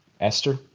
Esther